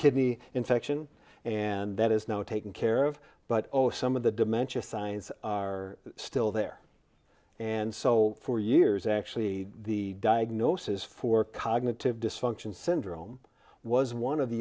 kidney infection and that is now taking care of but oh some of the dementia signs are still there and so for years actually the diagnosis for cognitive dysfunction syndrome was one of